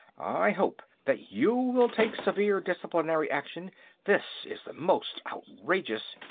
i hope that you will take severe disciplinary action this is the most outrageous.